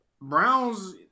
Browns